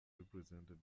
represented